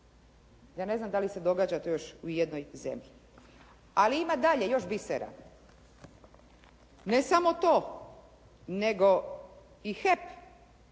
Ja ne znam da li se događa to još u ijednoj zemlji. Ali ima i dalje još bisera. Ne samo to nego i HEP